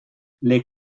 les